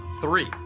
Three